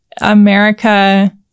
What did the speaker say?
America